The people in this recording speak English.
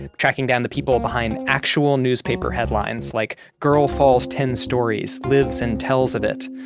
and tracking down the people behind actual newspaper headlines like girl falls ten stories, lives and tells of it.